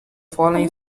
following